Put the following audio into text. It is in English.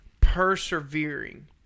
persevering